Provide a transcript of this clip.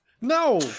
No